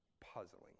puzzling